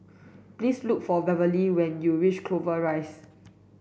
please look for Beverly when you reach Clover Rise